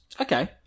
Okay